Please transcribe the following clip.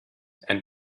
and